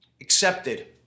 Accepted